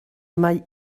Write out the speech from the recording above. mae